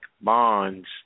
bonds